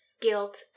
guilt